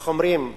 איך אומרים?